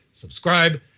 subscribe